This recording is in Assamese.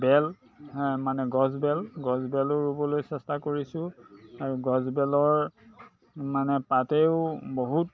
বেল মানে গছবেল গছবেলো ৰুবলৈ চেষ্টা কৰিছোঁ আৰু গছবেলৰ মানে পাতেও বহুত